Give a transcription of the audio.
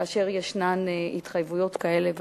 כאשר יש התחייבויות כאלה ואחרות.